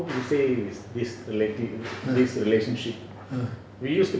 uh uh